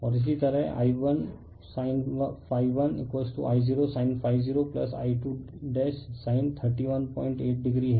और इसी तरह I1sin 1 I0sin 0I2 साइन 318 डिग्री हैं